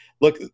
look